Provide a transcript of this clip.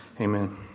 Amen